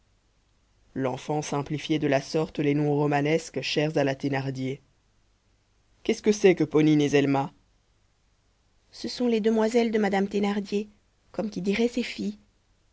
l'enfant simplifiait de la sorte les noms romanesques chers à la thénardier qu'est-ce que c'est que ponine et zelma ce sont les demoiselles de madame thénardier comme qui dirait ses filles